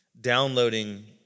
downloading